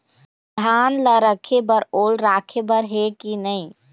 धान ला रखे बर ओल राखे बर हे कि नई?